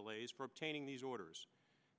delays for obtaining these orders